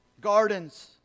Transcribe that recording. gardens